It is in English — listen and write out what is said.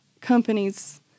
companies